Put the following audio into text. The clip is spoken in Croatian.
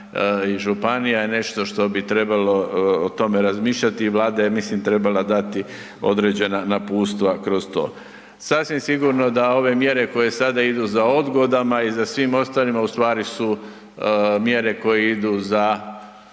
i županija je nešto što bi trebalo o tome razmišljati i Vlada je, ja mislim, trebala dati određena napustva kroz to. Sasvim sigurno da ove mjere koje sada idu za odgodama i za svim ostalima u stvari su mjere koje idu za